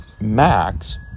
max